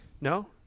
no